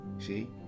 See